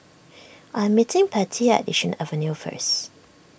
I'm meeting Pattie at Yishun Avenue first